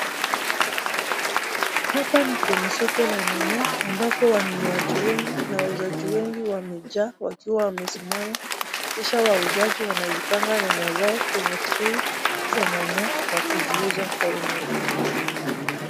Hapa ni kwenye soko la nyanya ambapo wanunuaji wengi na wauzaji wengi wamejaa wakiwa wamesimama, kisha wauzaji wanazipanga nyanya zao kwenye trai za nyanya wakiziuza kwa wenye wanunuzi.